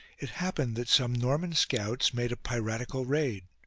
it happened that some norman scouts made a piratical raid.